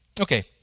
Okay